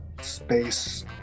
space